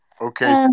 Okay